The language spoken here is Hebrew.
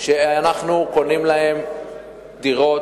ואנחנו קונים להם דירות.